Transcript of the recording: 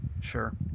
sure